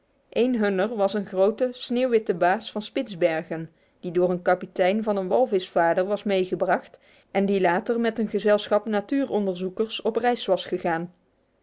een hunner was een grote sneeuwwitte baas van spitsbergen die door een kapitein van een walvisvaarder was meegebracht en die later met een gezelschap natuuronderzoekers op reis was gegaan